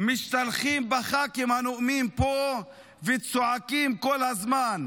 משתלחים בח"כים הנואמים פה וצועקים כל הזמן.